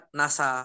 nasa